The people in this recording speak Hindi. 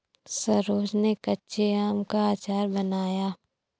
सरोज ने कच्चे आम का अचार बनाया